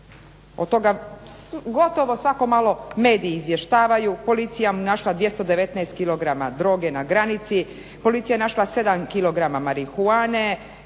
od toga gotovo svako malo mediji izvještavaju, policija našla 219kg droge na granici, policija našla 7kg marihuane